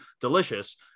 delicious